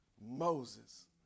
Moses